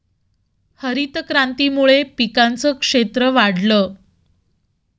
हरितक्रांतीमुळे पिकांचं क्षेत्र वाढलं